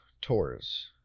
tours